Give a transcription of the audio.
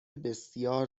بسیار